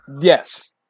yes